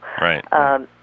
right